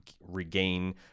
regain